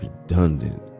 Redundant